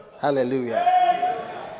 Hallelujah